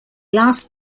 last